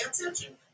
attention